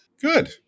good